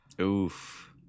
Oof